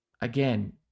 again